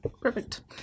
Perfect